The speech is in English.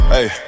Hey